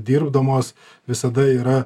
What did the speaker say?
dirbdamos visada yra